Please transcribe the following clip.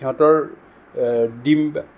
সিহঁতৰ ডিম